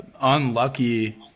unlucky